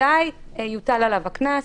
אזי יוטל עליו הקנס.